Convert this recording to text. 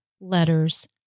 letters